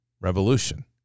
revolution